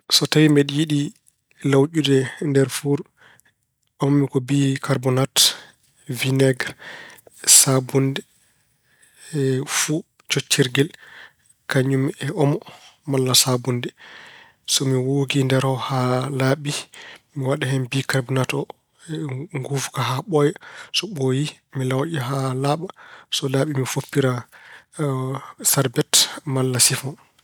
So tawi mbeɗa yiɗi lawƴude nder fuur, ɓamammi ko bikarbonate, wineeger, saabunnde, fu (coccirgel) kañum e omo malla saabunnde. So mi woogii nder o haa laaɓi, mi waɗa hen bikarbonate o, nguufa ka haa ɓooya. So ɓooyi, mi lawƴa haa laaɓa. So laaɓi, mi foppira sarbete malla sifoŋ.